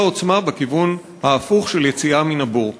העוצמה בכיוון ההפוך של יציאה מן הבור.